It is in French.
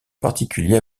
particulier